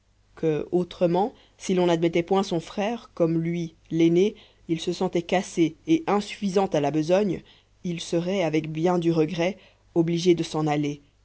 que autrement si l'on n'admettait point son frère comme lui l'aîné il se sentait cassé et insuffisant à la besogne il serait avec bien du regret obligé de s'en aller